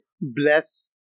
bless